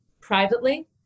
privately